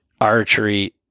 archery